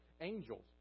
angels